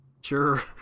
Sure